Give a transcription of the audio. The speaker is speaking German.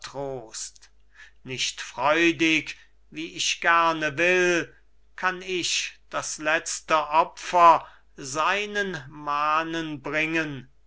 nicht freudig wie ich gerne will kann ich das letzte opfer seinen manen bringen